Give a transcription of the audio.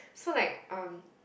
so like um